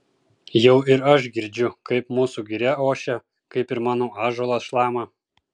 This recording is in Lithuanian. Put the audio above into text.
jau ir aš girdžiu kaip mūsų giria ošia kaip ir mano ąžuolas šlama